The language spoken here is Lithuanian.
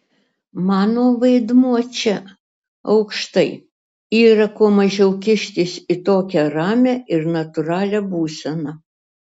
mano vaidmuo čia aukštai yra kuo mažiau kištis į tokią ramią ir natūralią būseną